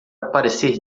parecer